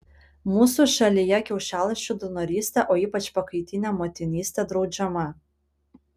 mūsų šalyje kiaušialąsčių donorystė o ypač pakaitinė motinystė draudžiama